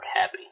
Happy